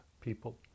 people